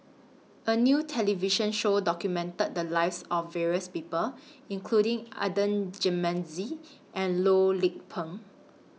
A New television Show documented The Lives of various People including Adan Jimenez and Loh Lik Peng